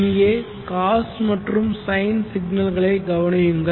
இங்கே காஸ் மற்றும் சைன் சிக்னல்களைக் கவனியுங்கள்